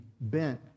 bent